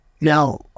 Now